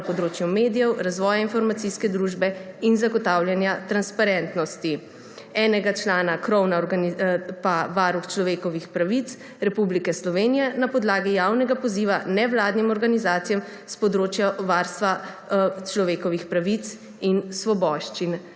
področju medijev, razvoja informacijske družbe in zagotavljanja transparentnosti, enega člana pa Varuh človekovih pravic Republike Slovenije na podlagi javnega poziva nevladnim organizacijam s področja varstva človekovih pravic in svoboščin.